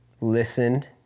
listened